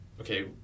okay